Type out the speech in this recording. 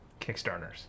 Kickstarters